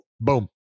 Boom